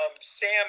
Sam